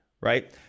Right